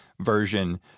version